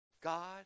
God